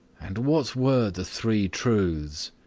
and what were the three truths?